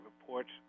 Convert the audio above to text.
reports